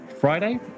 Friday